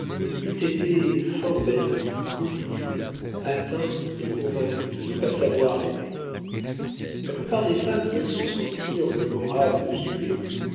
il eût été forbanni pour toujours atteint et convaincu de ne pas savoir aimer la plupart des femmes veulent se sentir le moral violé